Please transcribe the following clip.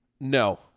no